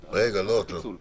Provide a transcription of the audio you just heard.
וכלואים), התש"ף-2020,